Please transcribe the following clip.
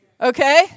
Okay